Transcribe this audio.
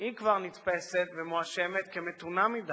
היא כבר נתפסת ומואשמת כמתונה מדי,